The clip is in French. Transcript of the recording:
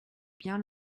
bien